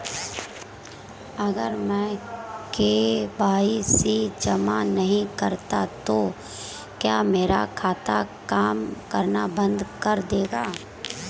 अगर मैं के.वाई.सी जमा नहीं करता तो क्या मेरा खाता काम करना बंद कर देगा?